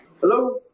Hello